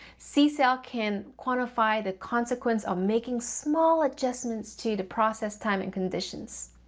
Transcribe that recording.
c-cell can quantify the consequence of making small adjustments to the process time and conditions.